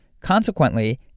Consequently